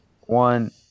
one